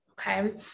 Okay